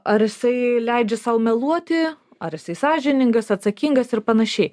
ar jisai leidžia sau meluoti ar jisai sąžiningas atsakingas ir panašiai